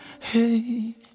Hey